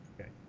okay